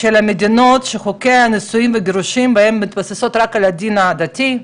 של המדינות שחוקי הנישואים והגירושים בהם מתבססות רק על הדין הדתי,